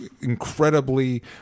incredibly